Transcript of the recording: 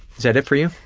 is that it for you?